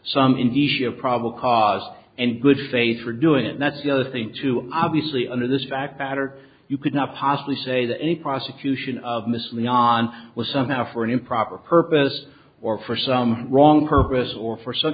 some in d c of probable cause and good faith for doing it that's the other thing too obviously under this act battered you could not possibly say that any prosecution of miss lee on was somehow for an improper purpose or for some wrong purpose or for some